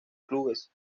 clubes